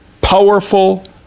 powerful